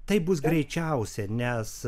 taip bus greičiausia nes